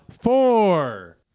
Four